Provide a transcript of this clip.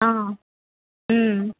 ஆ ம்